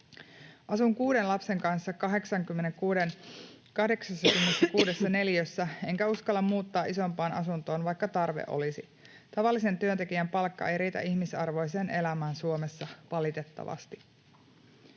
”Asun kuuden lapsen kanssa 86 neliössä, enkä uskalla muuttaa isompaan asuntoon, vaikka tarve olisi. Tavallisen työntekijän palkka ei riitä ihmisarvoiseen elämään Suomessa, valitettavasti.”